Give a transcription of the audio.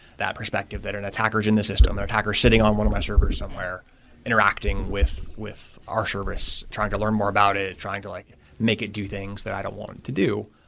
that perspective that an attacker is in this system. the attacker is sitting on one of my server somewhere interacting with with our service. trying to learn more about it. trying to like make it do things that i don't want them to do.